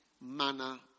manner